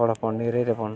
ᱦᱚᱲᱦᱚᱯᱚᱱ ᱱᱤᱨᱟᱹᱭ ᱨᱮᱵᱚᱱ